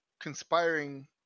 conspiring